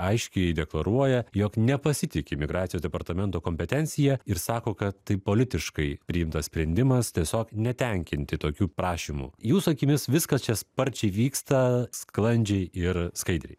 aiškiai deklaruoja jog nepasitiki migracijos departamento kompetencija ir sako kad tai politiškai priimtas sprendimas tiesiog netenkinti tokių prašymų jūsų akimis viskas čia sparčiai vyksta sklandžiai ir skaidriai